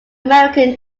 american